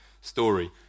story